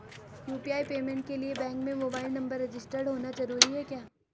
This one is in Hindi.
यु.पी.आई पेमेंट के लिए बैंक में मोबाइल नंबर रजिस्टर्ड होना जरूरी है क्या?